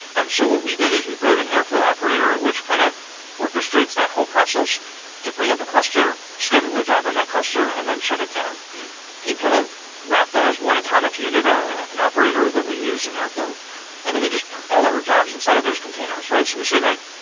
um so what we did is we wrote an airflow operator which kind of orchestrates that whole process to bring up a cluster, schedule a job on that cluster and then shut it down and kind of wrap that as one atomic unit, ah an operator that we use in airflow and then we just put all our jobs inside of those containers. so we say like,